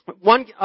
one